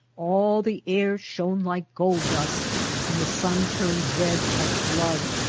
all the air shone like gold dust and the sun turned red as blood.